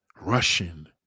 Russian